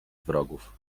wrogów